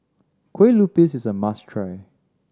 Kueh Lupis is a must try